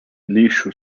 lixo